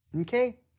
Okay